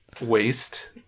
waste